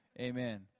amen